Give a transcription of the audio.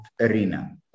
arena